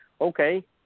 Okay